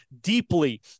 deeply